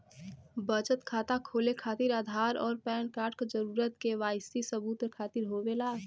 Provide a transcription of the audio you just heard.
बचत खाता खोले खातिर आधार और पैनकार्ड क जरूरत के वाइ सी सबूत खातिर होवेला